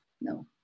No